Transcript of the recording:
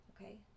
Okay